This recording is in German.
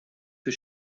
für